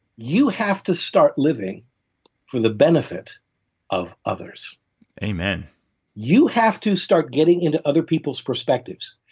you have to start living from the benefit of others amen you have to start getting into other people's perspectives.